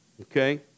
Okay